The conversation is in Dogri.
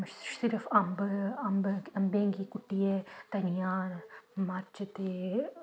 सिर्फ अम्ब अम्ब अम्बें गी कुट्टियै धनिया मरच ते